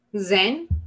Zen